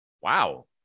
Wow